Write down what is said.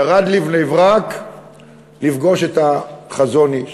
ירד לבני-ברק לפגוש את החזון-אי"ש,